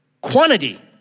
quantity